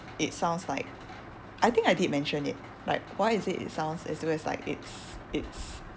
it sounds like I think I did mention it like why is it it sounds as though as like it's it's